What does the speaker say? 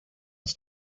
was